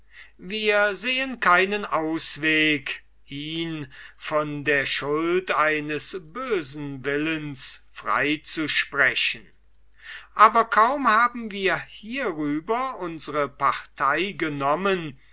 wir sehen keinen ausweg ihn von der schuld eines bösen willens frei zu sprechen aber kaum haben wir hierüber unsre partei genommen